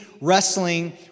wrestling